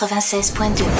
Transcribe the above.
96.2